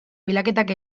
bilaketak